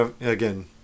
Again